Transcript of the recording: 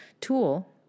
tool